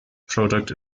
product